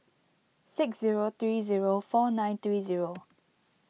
six zero three zero four nine three zero